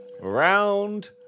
Round